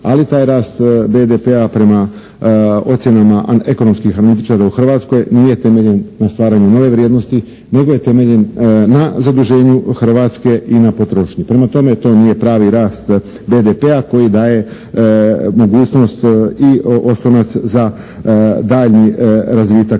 ali taj rast BDP-a prema ocjenama ekonomskih analitičara u Hrvatskoj nije temeljen na stvaranju nove vrijednosti nego je temeljen na zaduženju Hrvatske i na potrošnji. Prema tome, to nije pravi rast BDP-a koji daje mogućnost i oslonac za daljnji razvitak